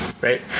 Right